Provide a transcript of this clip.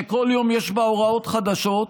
בכל יום יש בה הוראות חדשות,